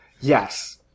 Yes